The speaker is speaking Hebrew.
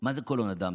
מה זה קולו נדם?